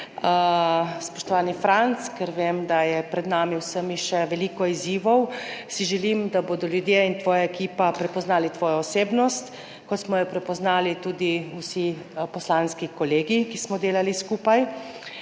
Spoštovani Franc, ker vem, da je pred nami vsemi še veliko izzivov, si želim, da bodo ljudje in tvoja ekipa prepoznali tvojo osebnost kot smo jo prepoznali tudi vsi poslanski kolegi, ki smo delali skupaj.